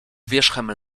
wierzchem